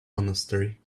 monastery